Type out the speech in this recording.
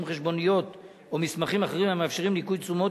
חשבוניות או מסמכים אחרים המאפשרים ניכוי תשומות,